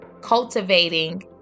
cultivating